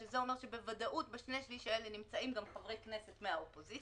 שזה אומר שבוודאות בשני שליש האלה נמצאים גם חברי כנסת מהאופוזיציה,